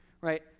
right